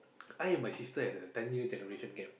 I and my sister has a ten year generation gap